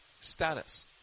status